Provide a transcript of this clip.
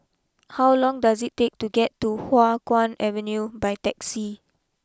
how long does it take to get to Hua Guan Avenue by taxi